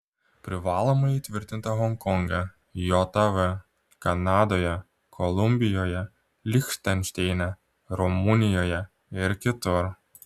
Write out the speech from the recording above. privalomoji įtvirtinta honkonge jav kanadoje kolumbijoje lichtenšteine rumunijoje ir kitur